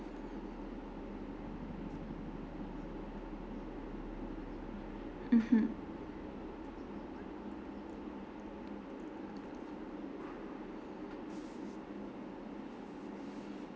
mmhmm